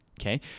okay